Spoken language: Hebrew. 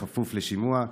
בכפוף לשימוע,